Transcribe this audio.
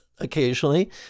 Occasionally